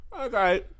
Okay